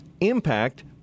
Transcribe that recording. impact